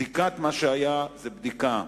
בדיקת מה שהיה, זאת בדיקה.